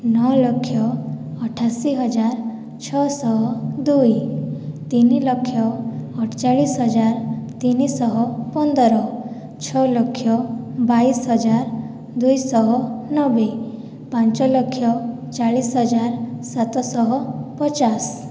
ନଅଲକ୍ଷ ଅଠାଅଶିହଜାର ଛଅଶହଦୁଇ ତିନିଲକ୍ଷ ଅଡ଼ଚାଳିଶହଜାର ତିନିଶହପନ୍ଦର ଛଅଲକ୍ଷ ବାଇଶହଜାର ଦୁଇଶହନବେ ପାଞ୍ଚଲକ୍ଷ ଚାଳିଶହଜାର ସାତଶହପଚାଶ